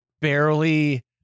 barely